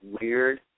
weird